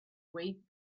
wait